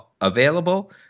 available